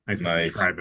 Nice